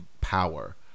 power